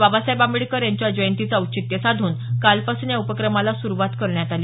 बाबासाहेब आंबेडकर यांच्या जयंतीचं औचित्य साधून कालपासून या उपक्रमाला सुरुवात करण्यात आली